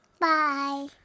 Bye